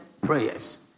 prayers